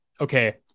okay